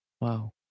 Wow